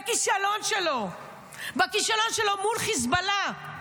בכישלון שלו מול חיזבאללה,